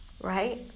right